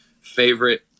favorite